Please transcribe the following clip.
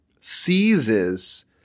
seizes